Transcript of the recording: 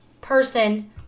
person